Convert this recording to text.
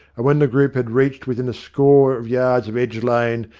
when the group had reached within a score of yards of edge lane,